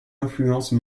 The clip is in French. influence